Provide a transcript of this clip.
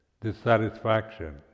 dissatisfaction